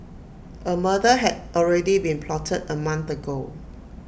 A murder had already been plotted A month ago